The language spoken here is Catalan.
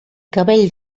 cabell